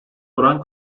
oran